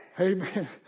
Amen